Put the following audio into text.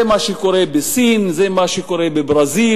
זה מה שקורה בסין, זה מה שקורה בברזיל.